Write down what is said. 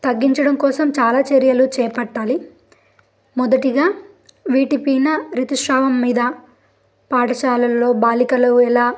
తగ్గించడం కోసం చాలా చర్యలు చేపట్టాలి మొదటిగా వీటి పైన ఋతుస్రావం మీద పాఠశాలల్లో బాలికలు ఎలా